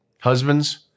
Husbands